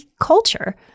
culture